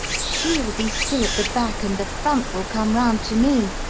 she'll be still at the back, and the front will come round to me.